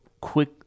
quick